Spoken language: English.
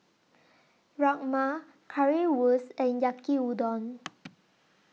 Rajma Currywurst and Yaki Udon